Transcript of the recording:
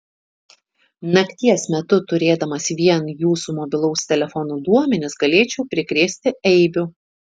nakties metu turėdamas vien jūsų mobilaus telefono duomenis galėčiau prikrėsti eibių